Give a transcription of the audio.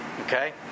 Okay